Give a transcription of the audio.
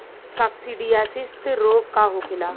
काकसिडियासित रोग का होखेला?